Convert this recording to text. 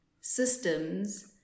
systems